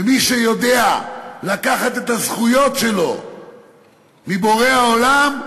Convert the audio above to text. ומי שיודע לקחת את הזכויות שלו מבורא העולם,